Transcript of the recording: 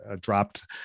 dropped